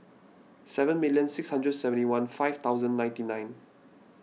seven million six hundred seventy one five thousand ninety nine